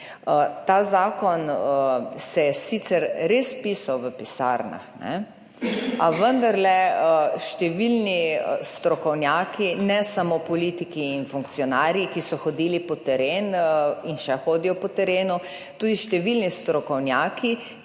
Ta zakon se je sicer res pisal v pisarnah, a vendarle, številni strokovnjaki, ne samo politiki in funkcionarji, ki so hodili po terenu in še hodijo po terenu, tudi številni strokovnjaki,